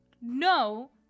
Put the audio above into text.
no